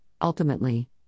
ultimately